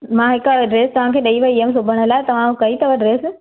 मां हिक ड्रैस तव्हांखे ॾेई वेई हुअमि सिबण लाइ तव्हां उहा कई अथव ड्रैस